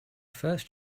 first